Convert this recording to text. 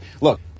Look